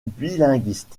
bilinguisme